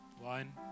one